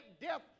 death